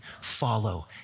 follow